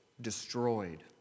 destroyed